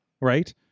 Right